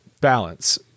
balance